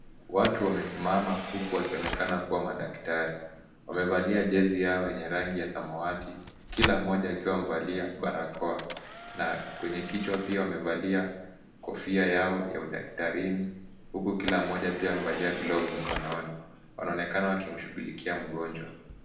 Watu wamesimama huku wakionekana kuwa madaktari. Wamevalia jezi yao yenye rangi ya samawati, kila mmoja akiwa amevalia barakoa na kwenye kichwa pia wamevalia kofia yao ya udaktarini, huku kila mmoja pia mevalia glove mikononi. Wanaonekana wakimshughulikia mgonjwa.